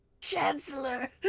Chancellor